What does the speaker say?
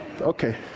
Okay